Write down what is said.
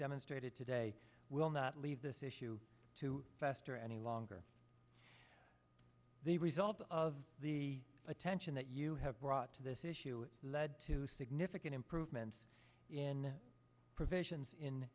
demonstrated today will not leave this issue to fester any longer the result of the attention that you have brought to this issue led to significant improvements in provisions in